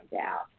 out